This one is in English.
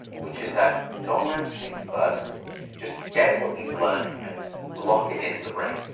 which is that non-rem sleep first to just get what you've learned and lock it into the brain.